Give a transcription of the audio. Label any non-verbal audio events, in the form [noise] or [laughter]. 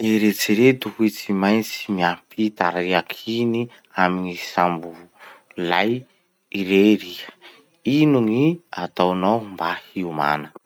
Eritrereto hoe tsy maintsy miampita riaky igny amy sambo [hesitation] lay irery iha. Ino gny ataonao mba hiomana?